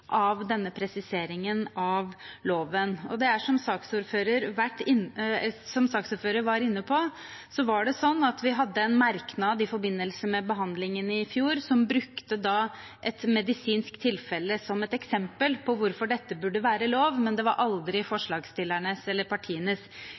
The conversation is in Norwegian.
av denne presiseringen av loven. Som saksordføreren var inne på, hadde vi i forbindelse med behandlingen i fjor en merknad som brukte et medisinsk tilfelle som eksempel på hvorfor dette burde være lov, men det var aldri